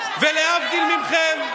להבדיל מכם,